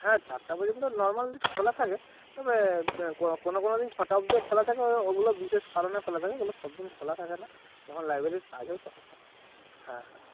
হ্যাঁ চারটা পর্যন্ত নরম্যালই খোলা থাকে তবে কোনো কোনো দিন ছটা অবধিও খোলা থাকে ওগুলো বিশেষ কারণে খোলা থাকে ওগুলো সব দিন খোলা থাকে না যখন লাইব্রেরির কাজ হয় তখন হ্যাঁ হ্যাঁ হ্যাঁ